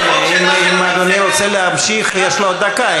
כן, אם אדוני רוצה להמשיך, יש לו עוד דקה.